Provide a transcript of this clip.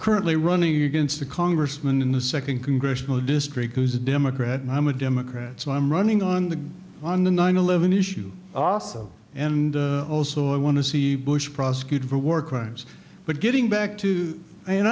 currently running against a congressman in the second congressional district who's a democrat and i'm a democrat so i'm running on the on the nine eleven issue also and also i want to see bush prosecuted for war crimes but getting back to